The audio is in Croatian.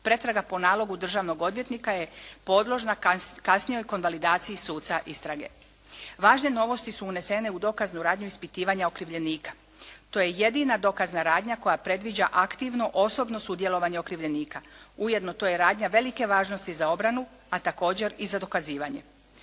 Pretraga po nalogu državnog odvjetnika je podložna kasnijoj konvalidaciji sudca istrage. Važne novosti su unesene u dokaznu radnju ispitivanja okrivljenika. To je jedina dokazna radnja koja predviđa aktivno osobno sudjelovanje okrivljenika. Ujedno to je radnja velike važnosti za obranu ali također i za dokazivanje.